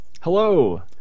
Hello